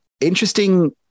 Interesting